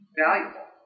valuable